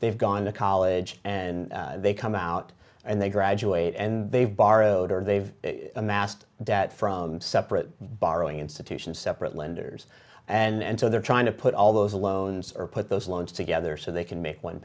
they've gone to college and they come out and they graduate and they've borrowed or they've amassed debt from separate borrowing institutions separate lenders and so they're trying to put all those loans or put those loans together so they can make one